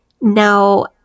now